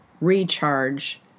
recharge